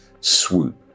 swoop